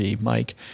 Mike